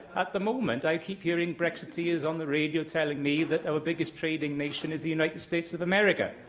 at the moment, i keep hearing brexiteers on the radio telling me that our biggest trading nation is the united states of america.